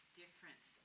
difference